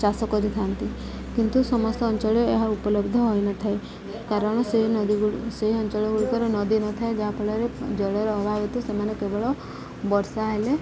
ଚାଷ କରିଥାନ୍ତି କିନ୍ତୁ ସମସ୍ତ ଅଞ୍ଚଳରେ ଏହା ଉପଲବ୍ଧ ହୋଇନଥାଏ କାରଣ ସେହି ନଦୀଗୁଡ଼ିକ ସେହି ଅଞ୍ଚଳଗୁଡ଼ିକର ନଦୀ ନଥାଏ ଯାହାଫଳରେ ଜଳର ଅଭାବ ହେତୁ ସେମାନେ କେବଳ ବର୍ଷା ହେଲେ